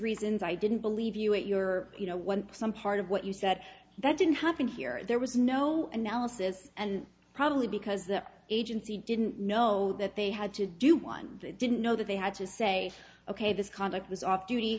reasons i didn't believe you at your you know what some part of what you said that didn't happen here there was no analysis and probably because the agency didn't know that they had to do one they didn't know that they had to say ok this conduct was off duty